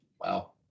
Wow